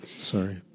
Sorry